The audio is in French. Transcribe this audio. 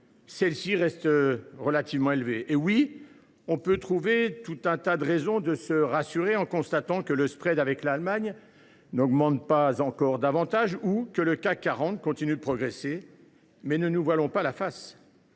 celle ci reste relativement élevée, et l’on peut trouver plusieurs raisons de se rassurer en constatant que le avec l’Allemagne n’augmente pas davantage ou que le CAC 40 continue de progresser. Mais ne nous voilons pas la face